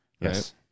Yes